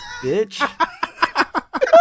bitch